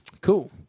Cool